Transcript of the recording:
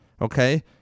okay